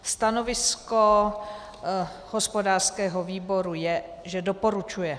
Stanovisko hospodářského výboru je, že doporučuje.